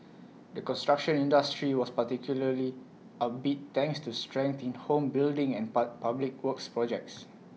the construction industry was particularly upbeat thanks to strength in home building and pub public works projects